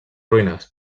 ruïnes